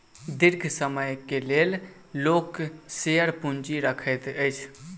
दीर्घ समय के लेल लोक शेयर पूंजी रखैत अछि